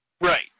Right